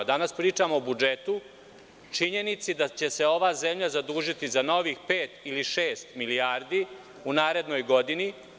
Danas pričamo o budžetu, činjenici da će se ova zemlja zadužiti za novih pet ili šest milijardi u narednoj godini.